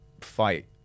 fight